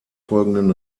folgenden